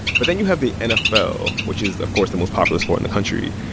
but then you have the nfl, which is, of course, the most popular sport in the country.